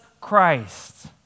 Christ